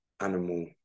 Animal